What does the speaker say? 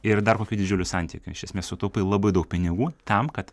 ir dar kokiu didžiuliu santykiu iš esmės sutaupai labai daug pinigų tam kad